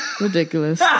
ridiculous